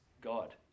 God